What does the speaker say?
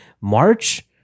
March